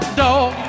dog